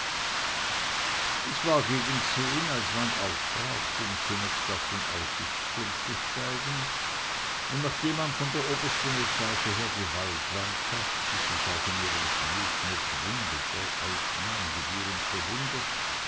es war gegen zehn als man aufbrach um zunächst auf den aussichtsturm zu steigen und nachdem man von der obersten etage her die waldlandschaft die sich auch in ihrem schneeschmuck wundervoll ausnahm gebührend bewundert